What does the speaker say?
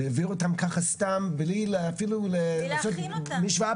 והעבירו אותם ככה סתם בלי אפילו לעשות משוואה